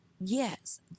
Yes